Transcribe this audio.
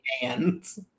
hands